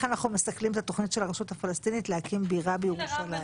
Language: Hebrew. אנחנו מסכלים את התכנית של הרשות הפלסטינית להקים בירה בירושלים.